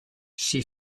she